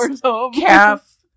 calf